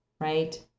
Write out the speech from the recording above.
right